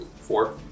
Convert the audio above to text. Four